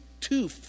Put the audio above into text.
two